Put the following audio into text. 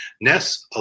Ness